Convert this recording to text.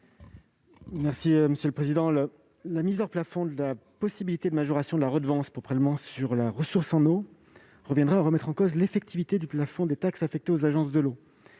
l'avis du Gouvernement ? La mise en plafond de la possibilité de majoration de la redevance pour prélèvement sur la ressource en eau reviendrait à remettre en cause l'effectivité du plafond des taxes affectées aux agences de l'eau.